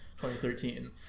2013